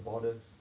borders